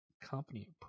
company